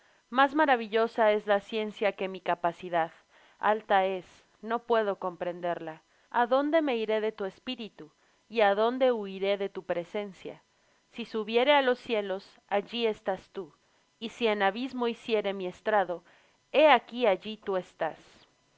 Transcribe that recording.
más maravillosa es la ciencia que mi capacidad alta es no puedo comprenderla adónde me iré de tu espíritu y adónde huiré de tu presencia si subiere á los cielos allí estás tú y si en abismo hiciere mi estrado he aquí allí tú estás